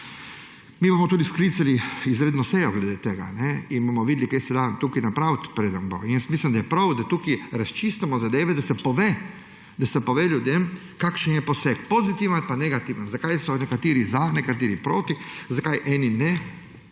Mi bomo tudi sklicali izredno sejo glede tega in bomo videli, kaj se da tukaj napraviti. Jaz mislim, da je prav, da tukaj razčistimo zadeve, da ljudem se pove, kakšen je poseg, pozitiven ali pa negativen, zakaj so nekateri za, nekateri proti, zakaj eni ne.